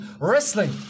wrestling